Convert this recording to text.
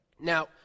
Now